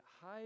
high